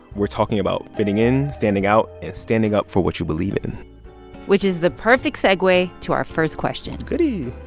we're talking about fitting in, standing out and standing up for what you believe in which is the perfect segue to our first question goody